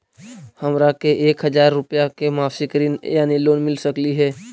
हमरा के एक हजार रुपया के मासिक ऋण यानी लोन मिल सकली हे?